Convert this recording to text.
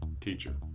teacher